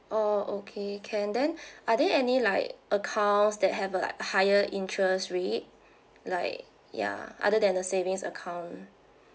oh okay can then are there any like accounts that have uh like higher interest rate like ya other than the savings account